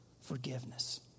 forgiveness